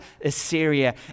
Assyria